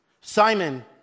Simon